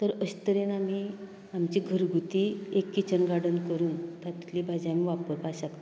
तर अशें तरेन आमी आमची घरगुती एक किचन गार्डन करून तातूंतली भाजी आमी वापरपाक शकता